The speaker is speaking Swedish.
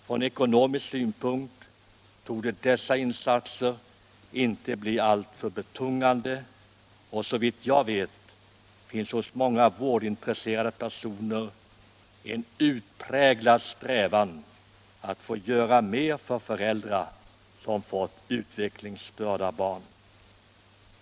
Från ekonomisk synpunkt torde dessa insatser inte bli alltför betungande, och såvitt jag vet finns hos många vårdintresserade personer en utpräglad strävan att få göra mer för föräldrar som har utvecklingsstörda barn.